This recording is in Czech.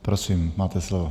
Prosím, máte slovo.